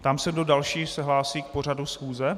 Ptám se, kdo další se hlásí k pořadu schůze.